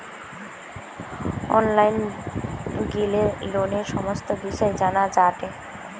online গিলে লোনের সমস্ত বিষয় জানা যায়টে